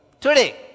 Today